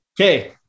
Okay